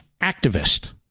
activist